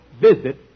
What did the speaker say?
visit